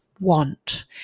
Want